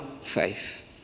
faith